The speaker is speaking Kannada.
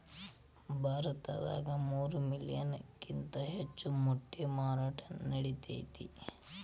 ಭಾರತದಾಗ ಮೂರ ಮಿಲಿಯನ್ ಕಿಂತ ಹೆಚ್ಚ ಮೊಟ್ಟಿ ಮಾರಾಟಾ ನಡಿತೆತಿ